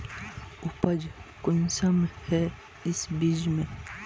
उपज कुंसम है इस बीज में?